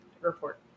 Report